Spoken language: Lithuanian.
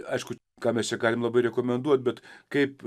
aišku ką mes čia galime labai rekomenduoti bet kaip